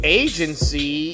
agency